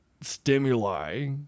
stimuli